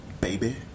baby